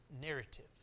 narrative